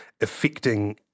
affecting